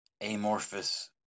amorphous